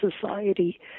society